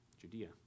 Judea